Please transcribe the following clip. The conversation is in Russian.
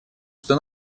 что